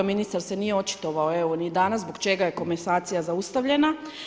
Ministar se nije očitovao ni danas zbog čega je komasacija zaustavljena.